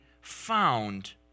found